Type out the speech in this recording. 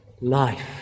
life